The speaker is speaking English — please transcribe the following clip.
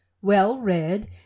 well-read